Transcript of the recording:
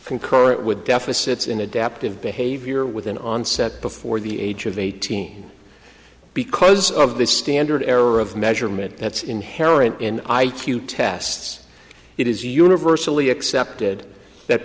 concurrent with deficits in adaptive behavior with an onset before the age of eighteen because of the standard error of measurement that's inherent in i q tests it is universally accepted that